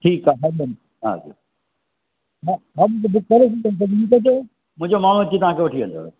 ठीक आ हरि ओम हा जी हा मुंजो माण्हूं अची तव्हांखे वठी वेंदव